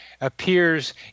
appears